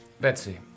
Betsy